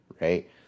right